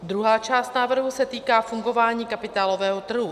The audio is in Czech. Druhá část návrhu se týká fungování kapitálového trhu.